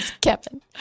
Kevin